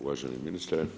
Uvaženi ministre.